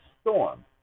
Storm